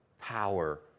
power